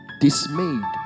Dismayed